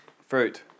fruit